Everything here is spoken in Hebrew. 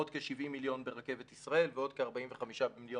עוד כ-70 מיליון ברכבת ישראל ועוד כ-45 מיליון